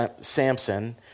Samson